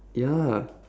ya